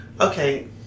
okay